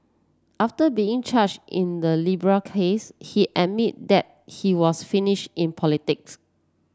after being charged in the Libya case he admitted that he was finish in politics